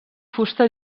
fusta